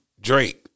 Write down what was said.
Drake